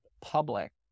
public